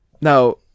now